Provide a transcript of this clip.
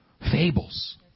Fables